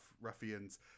ruffians